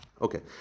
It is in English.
Okay